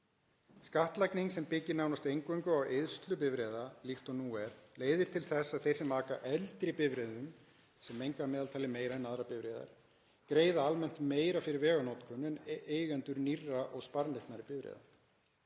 Skattlagning sem byggist nánast eingöngu á eyðslu bifreiða, líkt og nú er, leiðir til þess að þeir sem aka á eldri bifreiðum, sem menga að meðaltali meira en aðrar bifreiðar, greiða almennt meira fyrir veganotkun en eigendur nýrra og sparneytnari bifreiða.